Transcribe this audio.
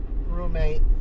roommate